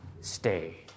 stay